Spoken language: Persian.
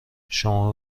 شما